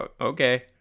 okay